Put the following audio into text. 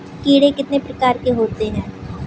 कीड़े कितने प्रकार के होते हैं?